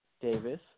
Davis